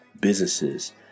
businesses